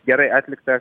gerai atliktas